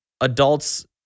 adults